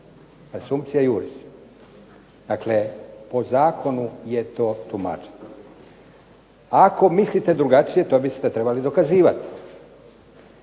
referenduma. Dakle, po Zakonu je to tumačeno. Ako mislite drugačije to biste trebali dokazivati,